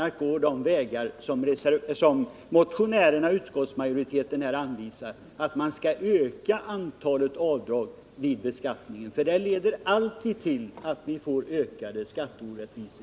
Att gå de vägar som motionärerna och utskottsmajoriteten här anvisar, nämligen att öka antalet avdrag, leder alltid till ökade skatteorättvisor.